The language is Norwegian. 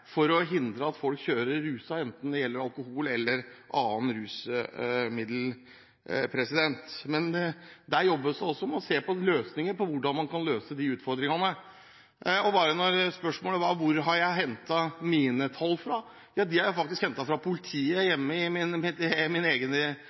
for å hindre at folk kjører beruset, enten det gjelder alkohol eller andre rusmidler. Men der jobbes det også med å se på hvordan man kan løse de utfordringene. Til spørsmålet om hvor jeg har hentet mine tall fra: Ja, dem har jeg faktisk hentet fra politiet hjemme i mitt